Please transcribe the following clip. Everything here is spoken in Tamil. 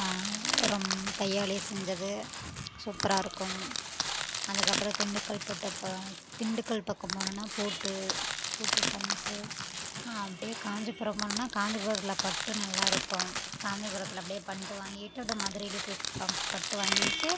ரொம்ப கையாலையே செஞ்சது சூப்பராக இருக்கும் அதுக்கப்புறம் திண்டுக்கல் பூட்டு திண்டுக்கல் பக்கம் போனோம்னா பூட்டு பூட்டு ஃபேமஸ் அப்டி காஞ்சிபுரம் போனோம்னா காஞ்சிபுரத்தில் பட்டு நல்லா இருக்கும் காஞ்சிபுரத்தில் அப்டி பட்டு வாங்கிட்டு அப்டி மதுரையில போய் பட்டு வாங்கிகிட்டு